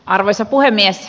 arvoisa puhemies